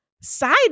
side